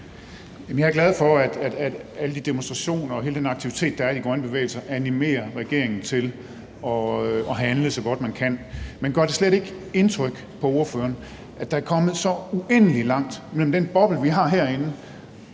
Jeg er glad for, at alle de demonstrationer og hele den aktivitet, der er i de grønne bevægelser, animerer regeringen til at handle, så godt man kan. Men gør det slet ikke indtryk på ordføreren, at der er blevet så uendelig langt mellem den boble, vi har herinde,